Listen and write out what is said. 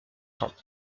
ans